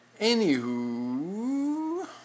Anywho